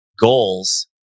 goals